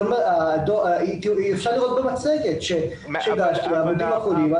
אפשר לראות במצגת שהגשתם בעמודים האחרונים.